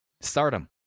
Stardom